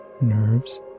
nerves